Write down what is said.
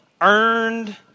earned